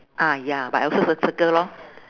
ah ya but I also cir~ circle lor